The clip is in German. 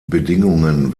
bedingungen